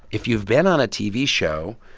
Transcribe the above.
if you've been on a tv show,